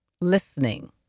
Listening